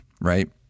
right